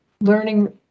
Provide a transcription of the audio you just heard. learning